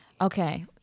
okay